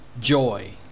Joy